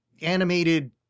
animated